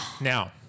Now